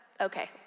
okay